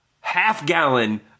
half-gallon